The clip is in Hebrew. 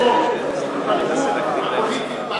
אני מכבד אותך,